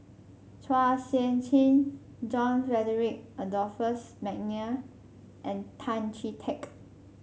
Chua Sian Chin John Frederick Adolphus McNair and Tan Chee Teck